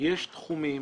תחומים